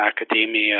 academia